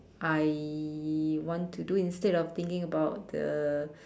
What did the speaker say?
I want to do instead of thinking about the